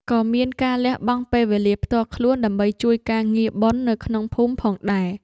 ក៏មានការលះបង់ពេលវេលាផ្ទាល់ខ្លួនដើម្បីជួយការងារបុណ្យនៅក្នុងភូមិផងដែរ។